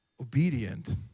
Obedient